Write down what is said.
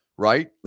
right